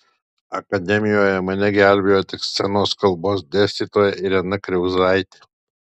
akademijoje mane gelbėjo tik scenos kalbos dėstytoja irena kriauzaitė